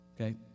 Okay